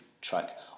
track